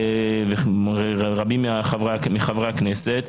ורבים מחברי הכנסת.